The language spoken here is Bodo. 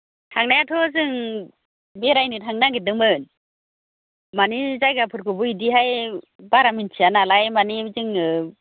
थांनायआथ' जों बेरायनो थांनो नागेरदोंमोन माने जायगाफोरखौबो बिदिहाय बारा मोन्थिया नालाय माने जोङो